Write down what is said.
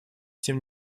тем